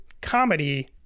comedy